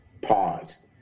Pause